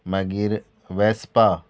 मागीर वेसपा